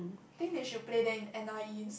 think they should play that in N_I_E